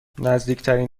نزدیکترین